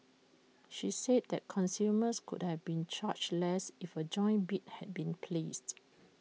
she said that consumers could have been charged less if A joint bid had been placed